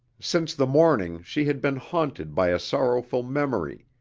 since the morning she had been haunted by a sorrowful memory,